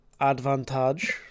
Advantage